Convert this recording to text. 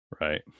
right